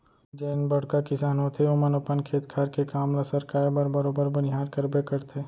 जेन बड़का किसान होथे ओमन अपन खेत खार के काम ल सरकाय बर बरोबर बनिहार करबे करथे